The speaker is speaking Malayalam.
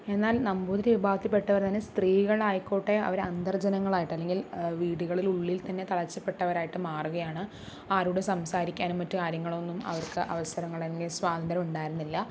എന്നാല് നമ്പൂതിരി വിഭാഗത്തില്പ്പെട്ടവർ തന്നെ സ്ത്രീകളായിക്കോട്ടെ അവരെ അന്തര്ജ്ജനങ്ങള് ആയിട്ട് അല്ലെങ്കില് വീടുകളിലുള്ളില് തന്നെ തളച്ചപ്പെട്ടവരായിട്ട് മാറുകയാണ് ആരോടും സംസാരിക്കാനും മറ്റും കാര്യങ്ങളോ ഒന്നും അവര്ക്ക് അവസരങ്ങളോ അല്ലെങ്കിൽ സ്വാതന്ത്ര്യമുണ്ടായിരുന്നില്ല